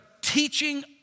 teaching